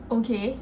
okay